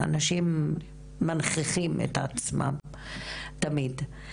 אנשים מנכיחים את עצמם תמיד.